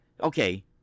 okay –